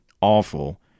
awful